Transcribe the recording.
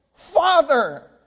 Father